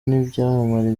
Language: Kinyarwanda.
n’ibyamamare